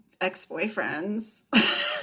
ex-boyfriends